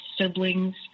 siblings